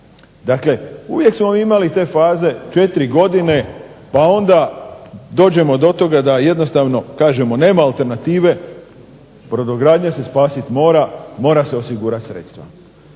Dakle, uvijek smo mi imali te faze 4 godine pa onda dođemo do toga da jednostavno kažemo nema alternative, brodogradnja se spasit mora, mora se osigurati sredstva.